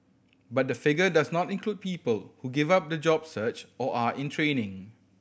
but the figure does not include people who give up the job search or are in training